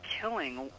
killing